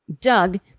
Doug